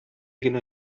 генә